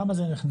למה זה נכנס?